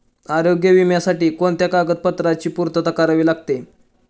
आरोग्य विम्यासाठी कोणत्या कागदपत्रांची पूर्तता करावी लागते?